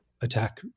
attack